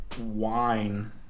wine